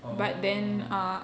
orh